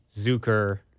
Zucker